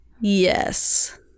Yes